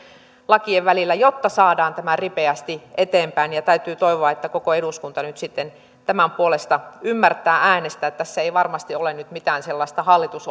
lakien välillä jotta saadaan tämä ripeästi eteenpäin ja täytyy toivoa että koko eduskunta nyt sitten tämän puolesta ymmärtää äänestää tässä ei varmasti ole nyt mitään sellaista hallitus